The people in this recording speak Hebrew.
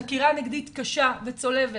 חקירה נגדית קשה וצולבת